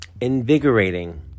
invigorating